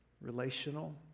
relational